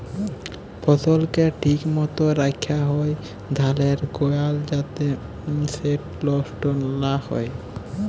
ফসলকে ঠিক মত রাখ্যা হ্যয় ধালের গলায় যাতে সেট লষ্ট লা হ্যয়